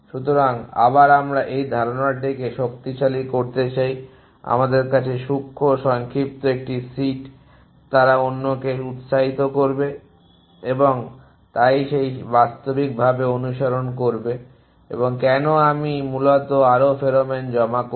সুতরাং আবার আমরা এই ধারণাটিকে শক্তিশালী করতে চাই যে আমাদের কাছে সূক্ষ্ম সংক্ষিপ্ত একটি সিট তারা অন্যকে উত্সাহিত করবে এবং তাই সেই বাস্তবিকভাবে অনুসরণ করবে এবং কেন আমি মূলত আরও ফেরোমোন জমা করব